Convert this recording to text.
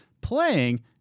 playing